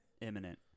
Imminent